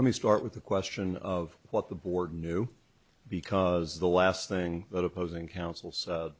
let me start with the question of what the board knew because the last thing that opposing counsel say